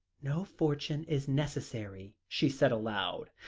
no fortune is necessary, she said aloud,